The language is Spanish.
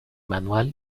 manual